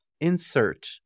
insert